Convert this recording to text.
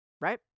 right